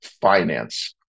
finance